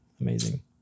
Amazing